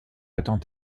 étant